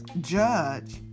judge